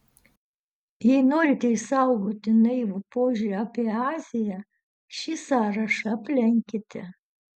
jei norite išsaugoti naivų požiūrį apie aziją šį sąrašą aplenkite